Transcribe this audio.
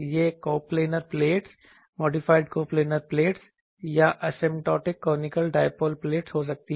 यह coplanar plates modified coplanar plates या asymptotic conical dipole plates हो सकती हैं